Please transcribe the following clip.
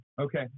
Okay